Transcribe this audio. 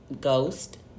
Ghost